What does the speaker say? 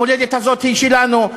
המולדת הזאת היא שלנו.